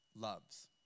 loves